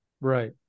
right